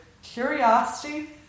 curiosity